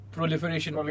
Proliferation